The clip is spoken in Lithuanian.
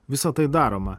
visa tai daroma